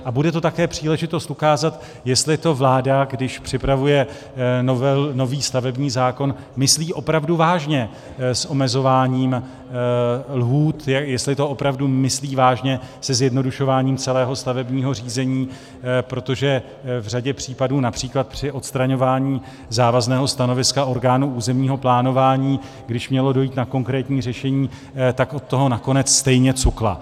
A bude to také příležitost ukázat, jestli to vláda, když připravuje nový stavební zákon, myslí opravdu vážně s omezováním lhůt, jestli to opravdu myslí vážně se zjednodušováním celého stavebního řízení, protože v řadě případů, například při odstraňování závazného stanoviska orgánů územního plánování, když mělo dojít na konkrétní řešení, tak od toho nakonec stejně cukla.